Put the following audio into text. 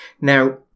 Now